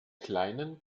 kleinen